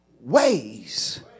ways